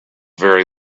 very